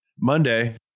Monday